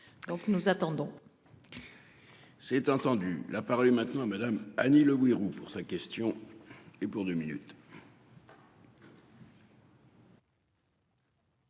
Donc nous attendons. C'est entendu, la parole est maintenant madame Annie Le Houerou pour sa question et pour 2 minutes.